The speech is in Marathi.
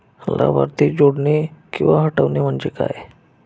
लाभार्थी जोडणे किंवा हटवणे, म्हणजे काय?